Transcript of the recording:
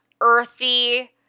earthy